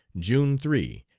june three,